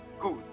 Good